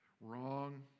Wrong